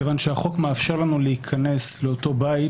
מכיוון שהחוק מאפשר לנו להיכנס לאותו בית,